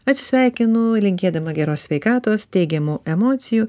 atsisveikinu linkėdama geros sveikatos teigiamų emocijų